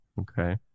okay